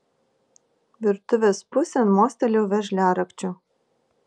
virtuvės pusėn mostelėjau veržliarakčiu